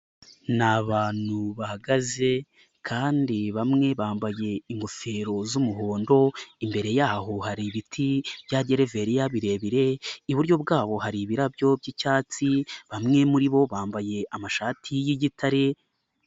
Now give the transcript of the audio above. Ni abantu bahagaze kandi bamwe bambaye ingofero z'umuhondo imbere yaho hari ibiti bya gereveriya birebire, iburyo bwabo hari ibirabyo by'icyatsi bamwe muri bo bambaye amashati y'igitare.